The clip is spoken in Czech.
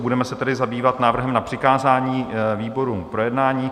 Budeme se tedy zabývat návrhem na přikázání výborům k projednání.